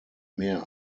mehr